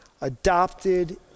adopted